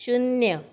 शुन्य